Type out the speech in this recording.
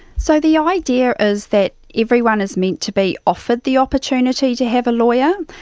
so the idea is that everyone is meant to be offered the opportunity to have a lawyer,